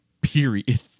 Period